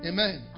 Amen